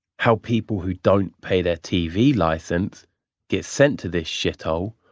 how people who don't pay their tv license gets sent to this shithole.